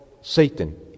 Satan